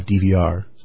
DVR